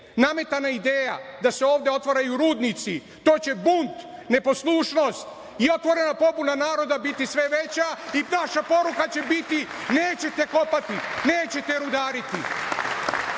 nametana ideja da se ovde otvaraju rudnici to će bunt neposlušnost i otvorena pobuna naroda biti sve veća i naša poruka će biti „nećete kopati, nećete